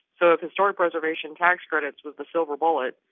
so if historic preservation tax credits was the silver bullet,